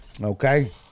Okay